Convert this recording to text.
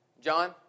John